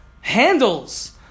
handles